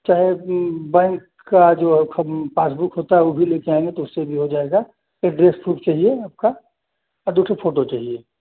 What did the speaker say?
चाहे बैंक का जो पास बुक होता है वो भी लेके आयेंगे तो उस्से भी हो जायेगा एड्रेस प्रूफ चाहिये आपका और दो ठो फोटो चाहिये